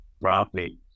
properly